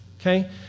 Okay